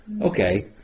Okay